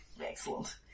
Excellent